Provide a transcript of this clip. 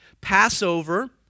Passover